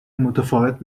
متفاوت